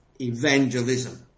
evangelism